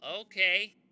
okay